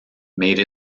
made